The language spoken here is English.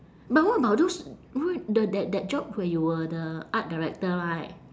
but what about those w~ the that that job where you were the art director right